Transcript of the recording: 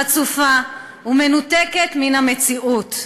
חצופה ומנותקת מן המציאות.